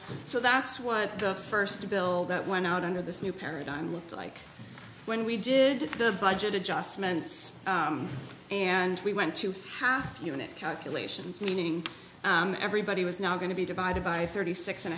so that's what the first bill that went out under this new paradigm looked like when we did the budget adjustments and we went to half unit calculations meaning everybody was now going to be divided by thirty six and